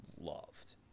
loved